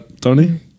Tony